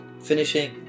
Finishing